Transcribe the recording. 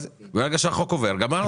ברגע שהחוק עובר, גמרנו.